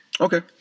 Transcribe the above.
Okay